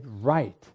right